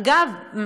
אגב,